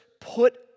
put